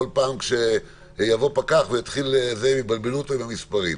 בכל פעם שיבוא פקח יבלבלו אותו עם המספרים.